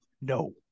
No